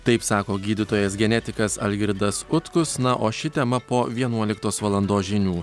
taip sako gydytojas genetikas algirdas utkus na o ši tema po vienuoliktos valandos žinių